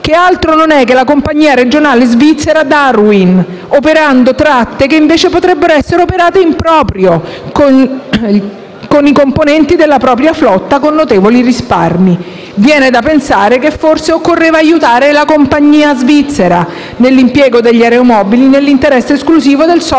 (che altro non è che la compagnia regionale svizzera Darwin) operando tratte che invece potrebbero essere operate in proprio con i componenti della propria flotta con notevoli risparmi. Viene da pensare che forse occorreva aiutare la compagnia svizzera nell'impiego degli aeromobili, nell'interesse esclusivo del socio